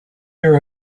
there